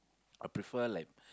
I prefer like